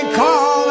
call